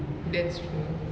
that's true